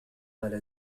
على